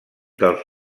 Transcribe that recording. dels